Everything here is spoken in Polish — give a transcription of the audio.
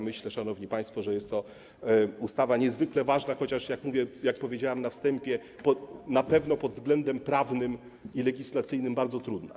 Myślę, szanowni państwo, że jest to ustawa niezwykle ważna, chociaż, jak powiedziałem na wstępie, na pewno pod względem prawnym i legislacyjnym bardzo trudna.